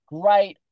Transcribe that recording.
great